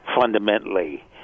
fundamentally